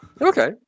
Okay